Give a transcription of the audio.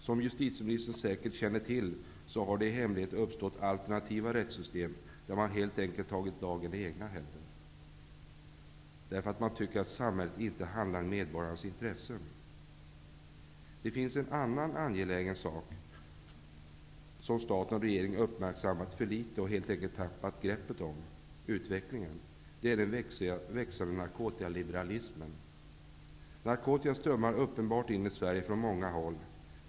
Som justitieministern säkert känner till har det i hemlighet uppstått alternativa rättssystem, där man helt enkelt tagit lagen i egna händer, därför att man tycker att samhället inte handlar i medborgarnas intresse. Det finns en annan angelägen sak som staten och regeringen uppmärksammar för litet och där man helt enkelt tappat greppet om utvecklingen. Det är den växande narkotikaliberalismen. Narkotika strömmar uppenbart in i vårt land från många håll.